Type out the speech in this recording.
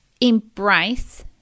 embrace